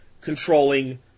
controlling